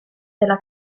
della